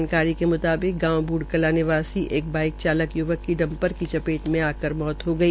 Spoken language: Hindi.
जानकारी के म्ताबिक गांव ब्ड़कला निवासी एक बाइक चालक य्वक की डंपर की चपेट में आकर मौत हो गई